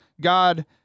God